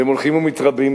והם הולכים ומתרבים,